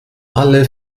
alle